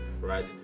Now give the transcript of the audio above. right